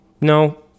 no